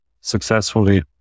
successfully